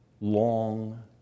Long